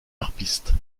harpiste